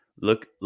Look